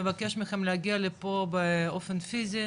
מבקשת מכם להגיע לפה באופן פיזי,